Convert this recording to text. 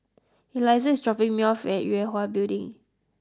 Elizah is dropping me off at Yue Hwa Building